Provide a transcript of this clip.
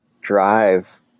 drive